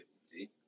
See